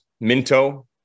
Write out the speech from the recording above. Minto